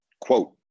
Quote